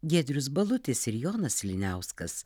giedrius balutis ir jonas liniauskas